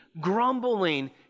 grumbling